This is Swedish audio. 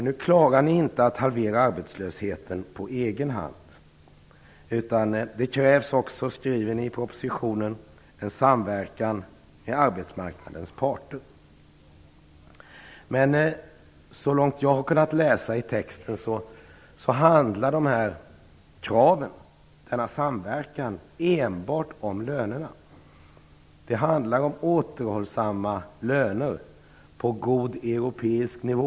Nu klarar ni inte att halvera arbetslösheten på egen hand. Det krävs också, skriver ni i propositionen, en samverkan med arbetsmarknadens parter. Så långt jag har kunnat läsa i texten handlar dessa krav, denna samverkan, enbart om lönerna. Det handlar om återhållsamma löner på god europeisk nivå.